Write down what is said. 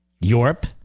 Europe